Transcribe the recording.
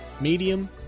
medium